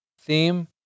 theme